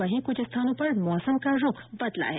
वहीं कुछ स्थानों पर मौसम का रूख बदला है